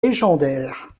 légendaire